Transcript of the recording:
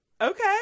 Okay